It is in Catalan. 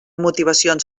motivacions